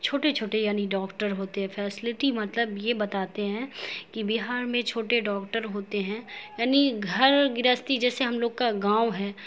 چھوٹے چھوٹے یعنی ڈاکٹر ہوتے ہیں فیسلٹی مطلب یہ بتاتے ہیں کہ بہار میں چھوٹے ڈاکٹر ہوتے ہیں یعنی گھر گرہستی جیسے ہم لوگ کا گاؤں ہے